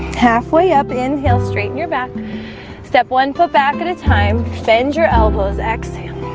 halfway up inhale straighten your back step one foot back at a time bend your elbows exhale